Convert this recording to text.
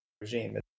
regime